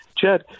Chad